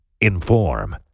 Inform